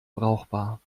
brauchbar